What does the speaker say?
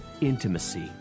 intimacy